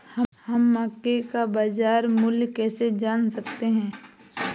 हम मक्के का बाजार मूल्य कैसे जान सकते हैं?